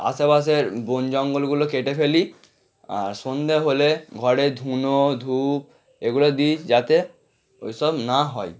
আশেপাশের বন জঙ্গলগুলো কেটে ফেলি আর সন্ধে হলে ঘরে ধুনো ধূপ এগুলো দিই যাতে ওই সব না হয়